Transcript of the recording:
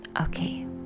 Okay